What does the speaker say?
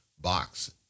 box